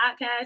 Podcast